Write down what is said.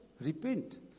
Repent